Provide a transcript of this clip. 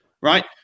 right